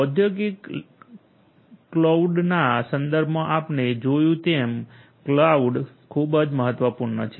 ઔદ્યોગિક કલોઉડના સંદર્ભમાં આપણે જોયું તેમ કલોઉડ ખૂબ જ મહત્વપૂર્ણ છે